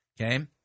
okay